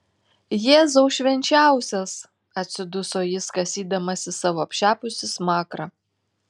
jėzau švenčiausias atsiduso jis kasydamasis savo apšepusį smakrą